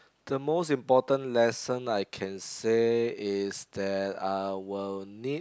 the most important lesson I can say is that I will need